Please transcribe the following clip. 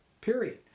period